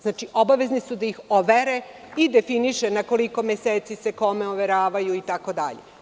Znači, obavezni su da ih overe i definiše na koliko meseci se kome overavaju itd.